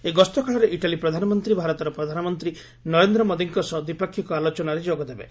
ଏହି ଗସ୍ତକାଳରେ ଇଟାଲୀ ପ୍ରଧାନମନ୍ତ୍ରୀ ଭାରତର ପ୍ରଧାନମନ୍ତ୍ରୀ ନରେନ୍ଦ୍ର ମୋଦିଙ୍କ ସହ ଦ୍ୱିପାକ୍ଷିକ ଆଲୋଚନାରେ ଯୋଗ ଦେବେ